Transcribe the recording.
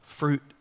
Fruit